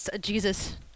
Jesus